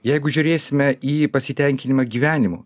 jeigu žiūrėsime į pasitenkinimą gyvenimu